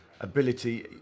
ability